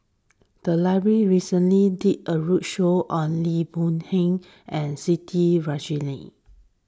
the library recently did a roadshow on Lee Boon Yang and Siti Khalijah